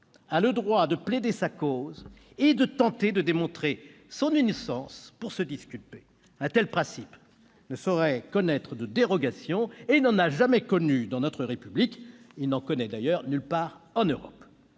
a le droit de plaider sa cause et de tenter de démontrer son innocence pour se disculper. Un tel principe ne saurait connaître de dérogation et n'en a jamais connu dans notre République. Il n'en connaît d'ailleurs nulle part en Europe.